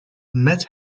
mad